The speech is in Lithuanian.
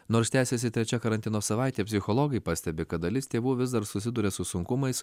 nors tęsiasi trečia karantino savaitė psichologai pastebi kad dalis tėvų vis dar susiduria su sunkumais